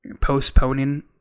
postponing